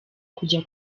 kujya